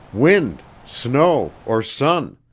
wind, snow or sun!